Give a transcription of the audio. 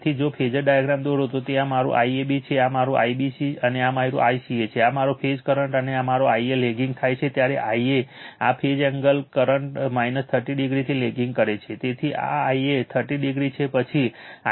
તેથી જો phasor diagram દોરો તો આ મારું IAB છે આ મારું IBC છે આ મારું ICA છે આ મારો ફેઝ કરંટ છે અને જ્યારે Ia લેગિંગ થાય છે ત્યારે Ia આ ફેઝના કરંટ એંગલ 30o થી લેગિંગ કરે છે તેથી જ આ Ia 30o છે પછી Ib 30 પછી Ic છે